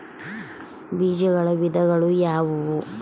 ಬೇಜಗಳ ವಿಧಗಳು ಯಾವುವು?